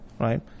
right